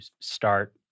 start